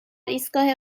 ایستگاه